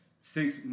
six